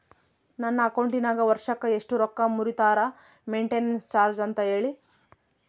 ನನ್ನ ಅಕೌಂಟಿನಾಗ ವರ್ಷಕ್ಕ ಎಷ್ಟು ರೊಕ್ಕ ಮುರಿತಾರ ಮೆಂಟೇನೆನ್ಸ್ ಚಾರ್ಜ್ ಅಂತ ಹೇಳಿ?